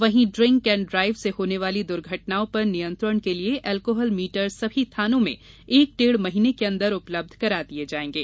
वहीं drink and drive से होने वाली दुर्घटनाओं पर नियंत्रण के लिये अल्कोहल मीटर सभी थानों में एक डेढ़ माह के अंदर उपलब्ध करा दिये जायेंगे